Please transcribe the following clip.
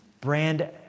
Brand